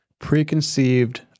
preconceived